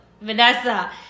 vanessa